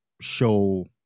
show